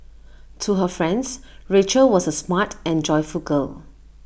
to her friends Rachel was A smart and joyful girl